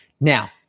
Now